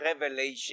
revelation